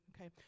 okay